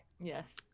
Yes